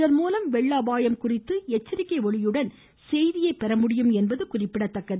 இதன் மூலம் வெள்ள அபாயம் குறித்து எச்சரிக்கை ஒலியுடன் செய்தியை பெற முடியும் என்பது குறிப்பிடத்தக்கது